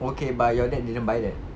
okay but your dad didn't buy that